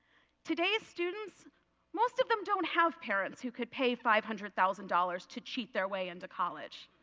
today's students most of them don't have parents who could pay five hundred thousand dollars to cheat their way in to college.